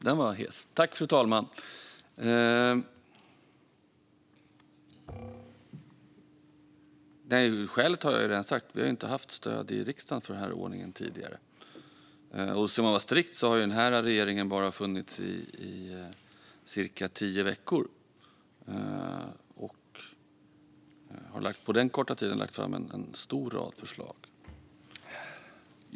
Fru talman! Skälet har jag redan sagt: Vi har inte haft stöd i riksdagen för den här ordningen tidigare. Och för att vara strikt har den här regeringen bara funnits i cirka tio veckor, men på den korta tiden har vi lagt fram en lång rad förslag.